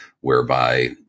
whereby